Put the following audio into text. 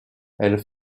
elle